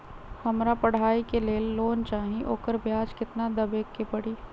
हमरा पढ़ाई के लेल लोन चाहि, ओकर ब्याज केतना दबे के परी?